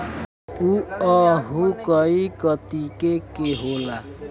उअहू कई कतीके के होला